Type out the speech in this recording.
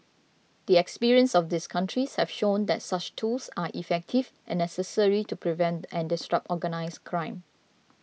the experiences of these countries have shown that such tools are effective and necessary to prevent and disrupt organised crime